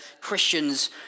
Christians